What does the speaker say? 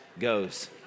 goes